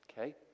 Okay